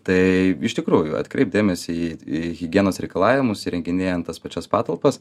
tai iš tikrųjų atkreipt dėmesį į higienos reikalavimus įrenginėjant tas pačias patalpas